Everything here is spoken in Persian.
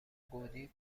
گودی